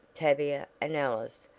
tavia and alice,